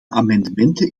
amendementen